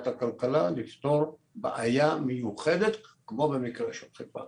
הכלכלה לפתור בעיה מיוחדת כמו במקרה של חיפה.